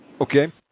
Okay